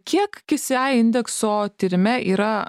kiek ksi indekso tyrime yra